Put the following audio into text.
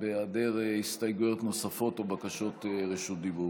בהיעדר הסתייגויות נוספות או בקשות רשות דיבור.